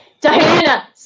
Diana